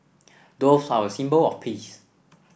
doves are a symbol of peace